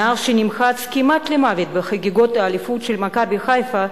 הנער שנמחץ כמעט למוות בחגיגות האליפות של "מכבי חיפה",